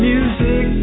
Music